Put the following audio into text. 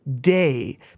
day